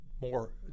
more